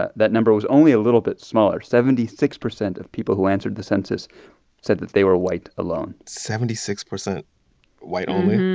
ah that number was only a little bit smaller. seventy-six percent of people who answered the census said that they were white alone seventy-six percent white only?